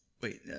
Wait